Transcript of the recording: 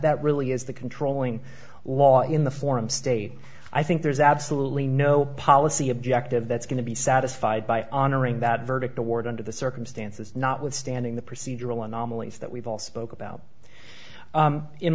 really is the controlling wall in the form state i think there's absolutely no policy objective that's going to be satisfied by honoring that verdict award under the circumstances notwithstanding the procedural anomalies that we've all spoke about